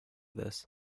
this